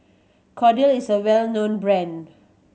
Kordel is a well known brand